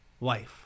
life